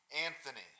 Anthony